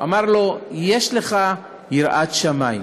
אמר לו: יש לך יראת שמים,